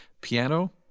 Piano